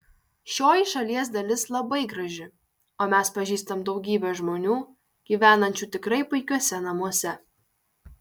šioji šalies dalis labai graži o mes pažįstam daugybę žmonių gyvenančių tikrai puikiuose namuose